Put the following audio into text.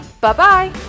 Bye-bye